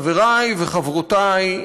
חברי וחברותי,